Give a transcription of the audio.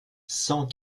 cent